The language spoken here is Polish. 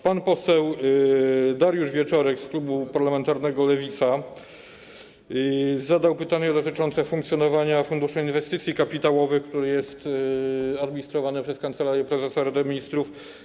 Pan poseł Dariusz Wieczorek z klubu parlamentarnego Lewica zadał pytanie dotyczące funkcjonowania Funduszu Inwestycji Kapitałowych, który jest administrowany przez Kancelarię Prezesa Rady Ministrów.